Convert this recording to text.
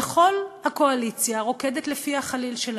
וכל הקואליציה רוקדת לפי החליל שלהם.